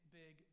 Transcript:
big